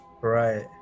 Right